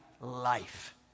life